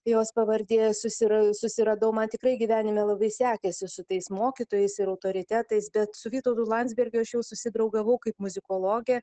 jos pavardė susiradau susiradau man tikrai gyvenime labai sekėsi su tais mokytojais ir autoritetais bet su vytautu landsbergiu aš jau susidraugavau kaip muzikologė